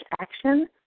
action